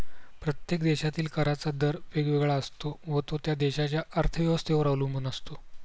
प्रत्येक देशातील कराचा दर वेगवेगळा असतो व तो त्या देशाच्या अर्थव्यवस्थेवर अवलंबून असतो